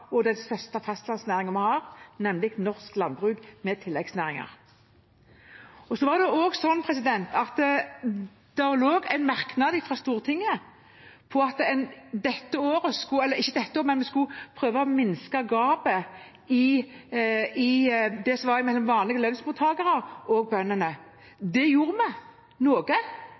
og den største fastlandsnæringen vi har, nemlig norsk landbruk med tilleggsnæringer. Så er det også sånn at det lå en merknad fra Stortinget om at en skulle prøve å minske det gapet som var mellom vanlige lønnsmottakere og bøndene. Det gjorde vi noe